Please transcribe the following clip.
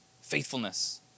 Faithfulness